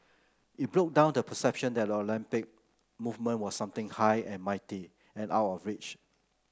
it broke down the perception that Olympic movement was something high and mighty and out of reach